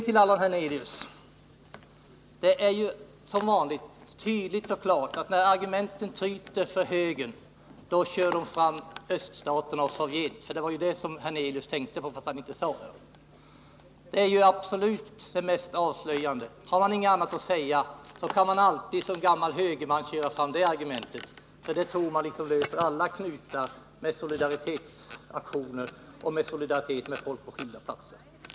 Till Allan Hernelius: Det är här, som vanligt, tydligt och klart att när argumenten tryter för högern kör de fram öststaterna och Sovjet. Det var ju dem som Allan Hernelius tänkte på men inte nämnde vid namn. Det är det absolut mest avslöjande — har man ingenting annat att säga kan man som gammal högerman alltid föra fram det argumentet. Det tror man löser alla knutar när det gäller solidaritetsaktioner och solidaritet med folk på skilda platser.